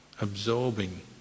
absorbing